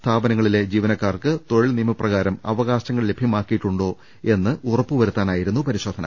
സ്ഥാപനങ്ങളിലെ ജീവനക്കാർക്ക് തൊഴിൽ നിയമപ്ര കാരം അവകാശങ്ങൾ ലഭ്യമാക്കിയിട്ടുണ്ടോ എന്ന് ഉറപ്പുവരുത്താനായിരുന്നു പരിശോധന